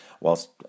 whilst